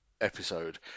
episode